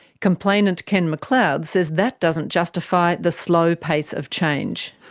complainant ken mcleod says that doesn't justify the slow pace of change.